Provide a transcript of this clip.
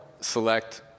select